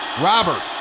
Robert